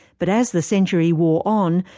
but as the century wore on,